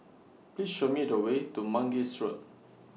Please Show Me The Way to Mangis Road